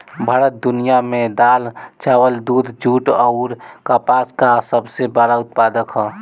भारत दुनिया में दाल चावल दूध जूट आउर कपास का सबसे बड़ा उत्पादक ह